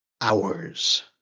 hours